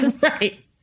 Right